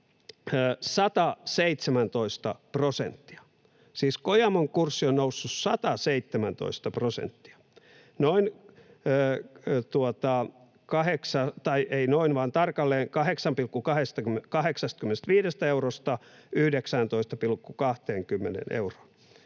Kojamon kurssi on noussut 117 prosenttia, noin 8:sta — tai